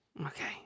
Okay